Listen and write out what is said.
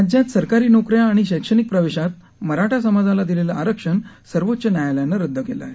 राज्यात सरकारी नोकऱ्या आणि शैक्षणिक प्रवेशात मराठा समाजाला दिलेलं आरक्षण सर्वोच्च न्यायालयानं रद्द केलं आहे